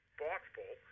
thoughtful